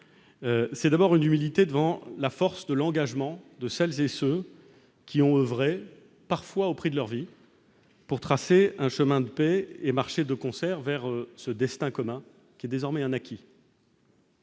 c'est d'abord une humilité devant la force de l'engagement de celles et ceux qui ont vrai parfois au prix de leur vie pour tracer un chemin de paix et marcher de concert vers ce destin commun qui est désormais un acquis.